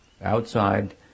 Outside